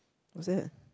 what's that